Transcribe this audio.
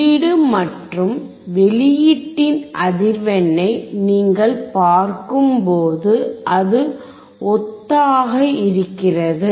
உள்ளீடு மற்றும் வெளியீட்டின் அதிர்வெண்ணை நீங்கள் பார்க்கும் போது அது ஒத்ததாக இருக்கிறது